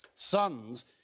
sons